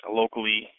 locally